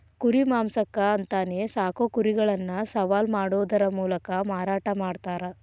ಕುರಿ ಮಾಂಸಕ್ಕ ಅಂತಾನೆ ಸಾಕೋ ಕುರಿಗಳನ್ನ ಸವಾಲ್ ಮಾಡೋದರ ಮೂಲಕ ಮಾರಾಟ ಮಾಡ್ತಾರ